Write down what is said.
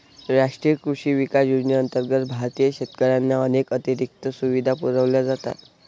राष्ट्रीय कृषी विकास योजनेअंतर्गत भारतीय शेतकऱ्यांना अनेक अतिरिक्त सुविधा पुरवल्या जातात